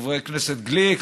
חבר הכנסת גליק,